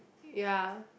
ya